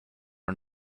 are